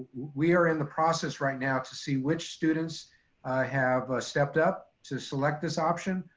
we are in the process right now to see which students have ah stepped up to select this option,